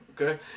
okay